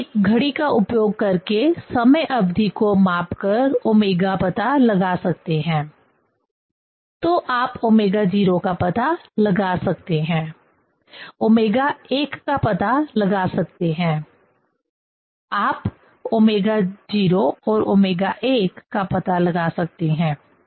आप एक घड़ी का उपयोग करके समय अवधि को माप कर ओमेगा पता लगा सकते हैं तो आप ओमेगा 0 का पता लगा सकते हैं ओमेगा 1 का पता लगा सकते हैं आप ओमेगा ω0 और ω1का पता लगा सकते हैं